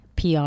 PR